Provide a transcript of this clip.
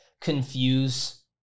confuse